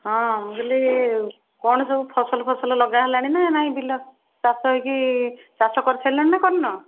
ହଁ ମୁଁ କହିଲି କ'ଣ ସବୁ ଫସଲ ଫସଲ ଲଗା ହେଲାଣି ନା ନାଇଁ ବିଲ ଚାଷ ହେଇକି ଚାଷ କରିସାରିଲଣି ନା କରିନ